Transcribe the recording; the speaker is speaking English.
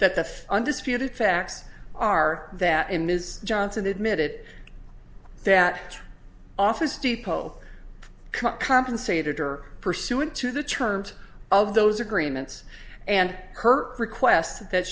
that the undisputed facts are that in ms johnson admit it that office depot compensated or pursuant to the terms of those agreements and her request that